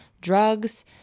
drugs